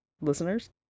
Listeners